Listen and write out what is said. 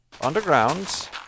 underground